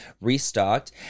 restocked